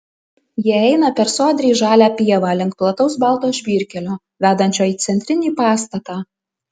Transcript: jie eina per sodriai žalią pievą link plataus balto žvyrkelio vedančio į centrinį pastatą